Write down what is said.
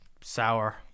Sour